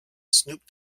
snoop